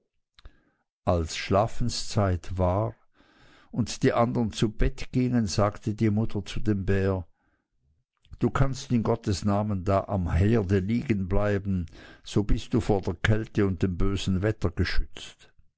als schlafenszeit war und die andern zu bett gingen sagte die mutter zu dem bär du kannst in gottes namen da am herde liegen bleiben so bist du vor der kälte und dem bösen wetter geschützt